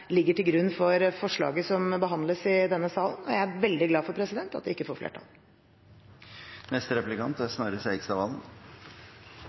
ligger til grunn for forslaget som behandles i denne salen, og jeg er veldig glad for at det ikke får flertall. Man skal lytte nøye når Fremskrittspartiet doserer om mistenksomhet. Det er